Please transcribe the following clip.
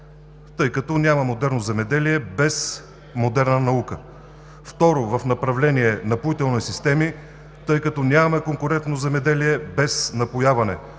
тъй като няма модерно земеделие без модерна наука. Второ, в направление „Напоителни системи“, тъй като нямаме конкурентно земеделие без напояване.